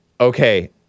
Okay